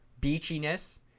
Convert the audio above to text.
beachiness